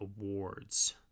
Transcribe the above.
awards